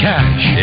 Cash